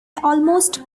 almost